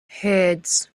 heads